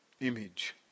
image